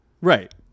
right